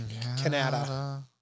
Canada